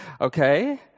okay